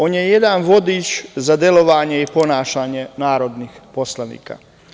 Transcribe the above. On je jedan vodič za delovanje i ponašanje narodnih poslanika.